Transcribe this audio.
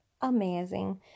amazing